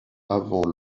avant